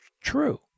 true